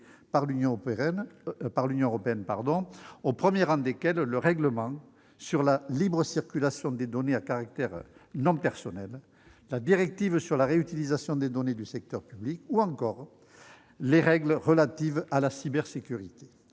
par l'Union, au premier rang desquelles le règlement relatif à la libre circulation des données à caractère non personnel, la directive concernant la réutilisation des informations du secteur public, ou encore les règles relatives à la cybersécurité.